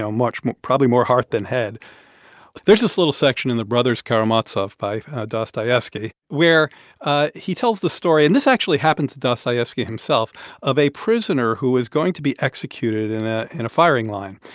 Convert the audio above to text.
um much more probably more heart than head there's this little section in the brothers karamazov by dostoyevsky where ah he tells the story and this actually happens to dostoyevsky himself of a prisoner who is going to be executed in ah in a firing line.